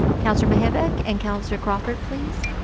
councillor mihevc and councillor crawford, please.